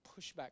pushback